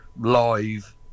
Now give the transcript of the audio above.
live